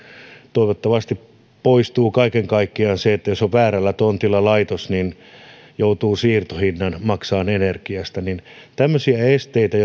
toivottavasti poistuu kaiken kaikkiaan se että jos on väärällä tontilla laitos niin joutuu maksamaan siirtohinnan energiasta että on tämmöisiä esteitä